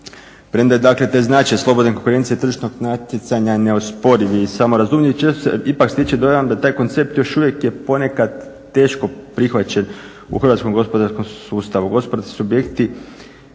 Premda je dakle taj značaj slobodne konkurencije tržišnog natjecanja neosporiv i samorazumljiv često se ipak stječe dojam da taj koncept još uvijek je ponekad teško prihvaćen u hrvatskom gospodarskom sustavu.